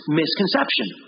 misconception